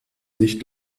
nicht